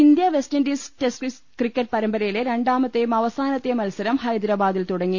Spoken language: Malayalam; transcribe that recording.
ഇന്ത്യാ വെസ്റ്റിൻഡീസ് ടെസ്റ്റ് ക്രിക്കറ്റ് പരമ്പരയിലെ രണ്ടാമത്തെയും അവസാനത്തെയും മത്സരം ഹൈദരാബാദിൽ തുടങ്ങി